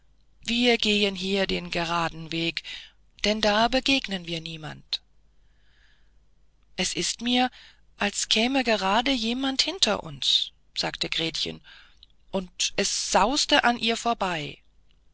wir gehen hier den geraden weg denn da begegnen wir niemand es ist mir als käme gerade jemand hinter uns sagte gretchen und es sauste an ihr vorbei